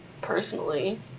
personally